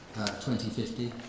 2050